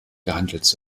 gehandelt